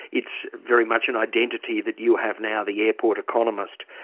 it's very much an identity that you have now, the airport economist.